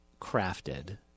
crafted